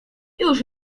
już